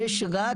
יש רק